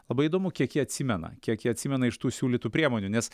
labai įdomu kiek jie atsimena kiek jie atsimena iš tų siūlytų priemonių nes